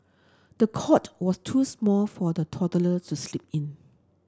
the cot was too small for the toddler to sleep in